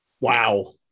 Wow